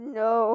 no